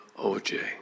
OJ